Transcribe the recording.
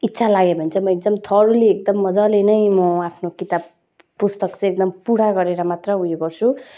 इच्छा लाग्यो भने चाहिँ म एकदम थोरोली एकदम मजाले नै म आफ्नो किताब पुस्तक चाहिँ एकदम पुरा गरेर मात्र उयो गर्छु